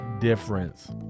difference